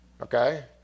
Okay